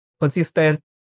consistent